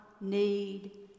need